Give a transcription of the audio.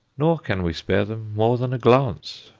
nor can we spare them more than a glance.